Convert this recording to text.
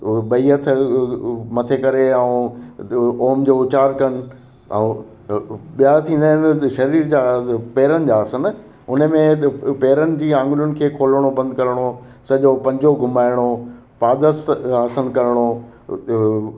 ॿई हथ मथे करे ऐं ओम जो उच्चार कनि ऐं ॿिया थींदा आहिनि सरीर जा पैरनि जा आसन हुन में पैरनि जी आङड़ियुनि खे खोलिणो बंदि करिणो सॼो पंजो घुमाइणो पादस्त आसन करिणो हुते